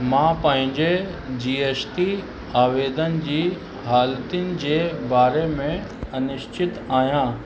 मां पंहिंजे G S T आवेदनि जी हालतियुन जे बारे में अनिश्चित आहियां